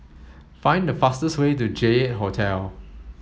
find the fastest way to J eight Hotel